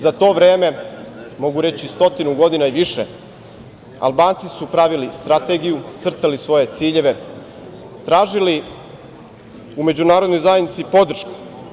Za to vreme, mogu reći stotinu godina i više, Albanci su pravili strategiju, crtali svoje ciljeve, tražili u međunarodnoj zajednici podršku.